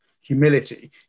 humility